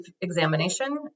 examination